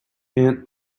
aunt